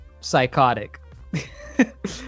psychotic